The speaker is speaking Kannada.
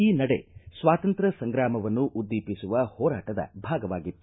ಈ ನಡೆ ಸ್ವಾತಂತ್ರ್ತ ಸಂಗ್ರಾಮವನ್ನು ಉದ್ದೀಪಿಸುವ ಹೋರಾಟದ ಭಾಗವಾಗಿತ್ತು